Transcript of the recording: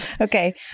Okay